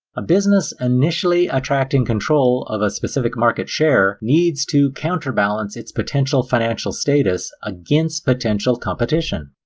a business initially attracting control of a specific market share, needs to counterbalance its potential financial status against potential competition.